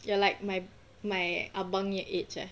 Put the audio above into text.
you are like my my abang punya age ah